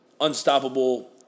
unstoppable